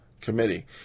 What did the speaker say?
committee